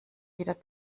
wieder